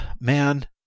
man